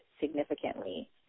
significantly